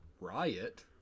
riot